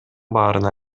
баарына